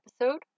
episode